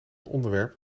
onderwerp